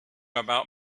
about